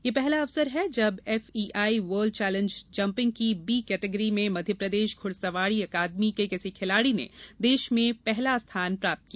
यह पहला अवसर है जब एफईआई वर्ल्ड चैलेन्ज जम्पिंग की बी केटेगरी में मप्र घुड़सवारी अकादमी के किसी खिलाड़ी ने देश में प्रथम स्थान प्राप्त किया